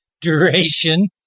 duration